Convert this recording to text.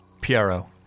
Piero